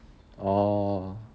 oh